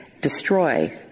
destroy